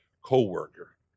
co-worker